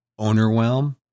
ownerwhelm